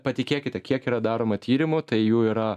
patikėkite kiek yra daroma tyrimų tai jų yra